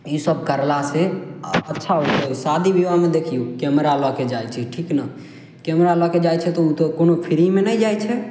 ई सब करलासँ अच्छा होइ छै शादी विवाहमे देखियौ कैमरा लअके जाइ छै ठीक ने कैमरा लअके जाइ छै तऽ उ तऽ कोनो फ्रीमे नहि जाइ छै